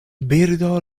birdo